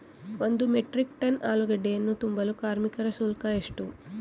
ಒಂದು metric ton ಆಲೂಗೆಡ್ಡೆಯನ್ನು ತುಂಬಲು ಕಾರ್ಮಿಕರ ಶುಲ್ಕ ಎಷ್ಟು?